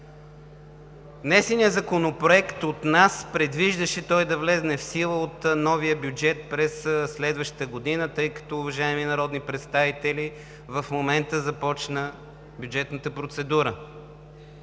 Внесеният законопроект от нас предвиждаше той да влезе в сила от новия бюджет през следващата година, тъй като, уважаеми народни представители, в момента започна бюджетната процедура.